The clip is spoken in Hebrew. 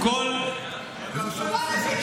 כל, איזה שלוש סיבות?